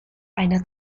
einer